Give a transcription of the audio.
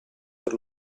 per